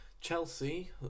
Chelsea